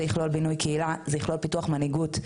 זה יכלול בינוי קהילה, זה יכלול פיתוח מנהיגות.